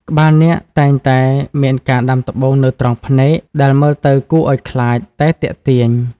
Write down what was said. ក្បាលនាគតែងតែមានការដាំត្បូងនៅត្រង់ភ្នែក ដែលមើលទៅគួរឱ្យខ្លាចតែទាក់ទាញ។